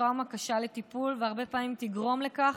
טראומה קשה לטיפול, שהרבה פעמים תגרום לכך